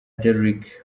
deryck